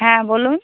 হ্যাঁ বলুন